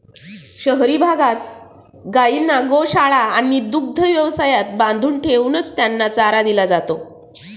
शहरी भागात गायींना गोशाळा आणि दुग्ध व्यवसायात बांधून ठेवूनच त्यांना चारा दिला जातो